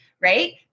right